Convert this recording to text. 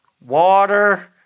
water